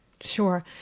Sure